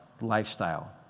lifestyle